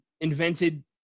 invented